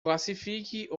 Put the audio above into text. classifique